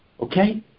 okay